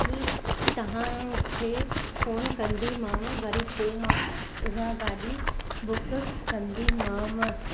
हीअ तव्हां खे फोन कंदीमांव वरी पोइ मां उहा गाॾी बुक कंदीमांव